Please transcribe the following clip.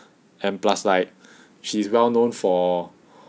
and plus like she is well known for